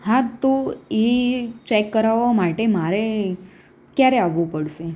હા તો એ ચેક કરાવવા માટે મારે ક્યારે આવવું પડશે